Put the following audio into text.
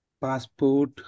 Passport